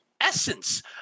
essence